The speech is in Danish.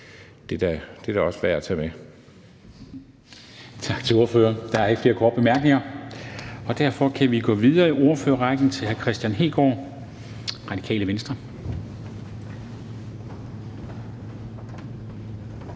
(Henrik Dam Kristensen): Tak til ordføreren. Der er ikke flere korte bemærkninger. Derfor kan vi gå videre i ordførerrækken til hr. Kristian Hegaard, Radikale Venstre. Kl.